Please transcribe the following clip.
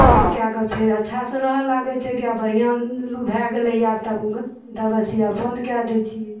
नीक कए कऽ फेर अच्छा से रह लागै छै गाय बढ़िऑं भए गेलै आब तब दबाइ सूइयाँ बन्द कए दै छियै